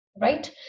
right